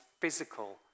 physical